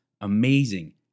amazing